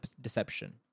Deception